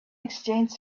exchanged